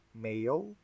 Mayo